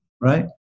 right